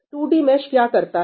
2D mesh क्या करता है